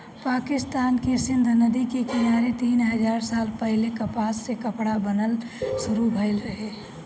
पाकिस्तान के सिंधु नदी के किनारे तीन हजार साल पहिले कपास से कपड़ा बनल शुरू भइल रहे